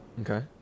Okay